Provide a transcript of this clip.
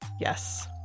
Yes